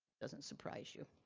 doesn't surprise you.